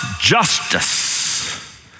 justice